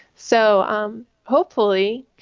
so um hopefully,